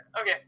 Okay